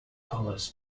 colours